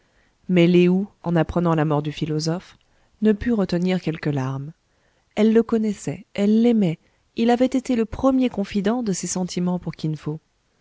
mais lé ou en apprenant la mort du philosophe ne put retenir quelques larmes elle le connaissait elle l'aimait il avait été le premier confident de ses sentiments pour kin fo